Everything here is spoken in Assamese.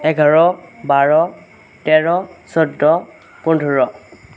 এঘাৰ বাৰ তেৰ চৈধ্য পোন্ধৰ